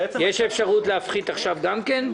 יש אפשרות להפחית עכשיו גם כן?